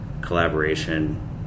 collaboration